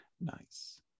Nice